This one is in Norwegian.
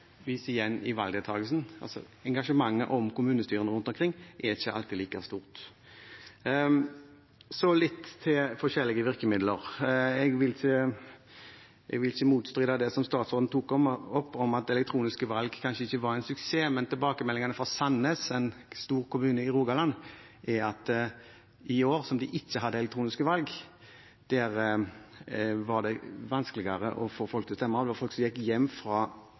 igjen i valgdeltakelsen. Engasjementet om kommunestyrene rundt omkring er ikke alltid like stort. Så litt til forskjellige virkemidler: Jeg vil ikke bestride det som statsråden tok opp om at elektroniske valg kanskje ikke var en suksess, men tilbakemeldingene fra Sandnes, en stor kommune i Rogaland, er at i år, da de ikke hadde elektroniske valg, var det vanskeligere å få folk til å stemme. Det var folk som gikk hjem fra